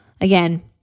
Again